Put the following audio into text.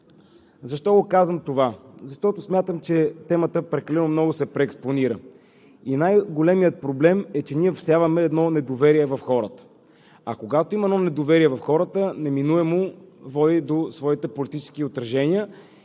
Защо го казвам това? Защото смятам, че темата прекалено много се преекспонира. И най-големият проблем е, че ние всяваме едно недоверие в хората, а когато има едно недоверие в хората, неминуемо води до своите политически отражения